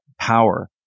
power